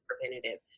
preventative